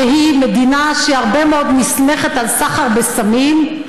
שהיא מדינה שהרבה מאוד נסמכת על סחר בסמים,